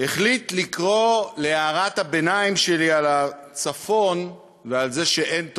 החליט לקרוא להערת הביניים שלי על הצפון ועל זה שאין תוכנית: